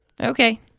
Okay